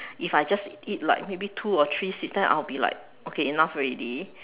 if I just eat like maybe two or three seeds then I will be like okay enough already